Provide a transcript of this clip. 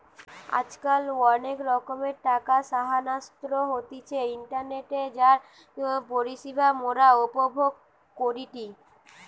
আজকাল অনেক রকমের টাকা স্থানান্তর হতিছে ইন্টারনেটে যার পরিষেবা মোরা উপভোগ করিটি